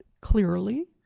clearly